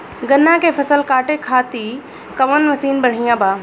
गन्ना के फसल कांटे खाती कवन मसीन बढ़ियां बा?